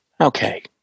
Okay